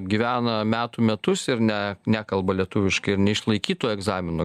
gyvena metų metus ir ne nekalba lietuviškai ir neišlaikytų egzamino